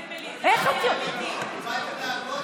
אמילי.